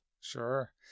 Sure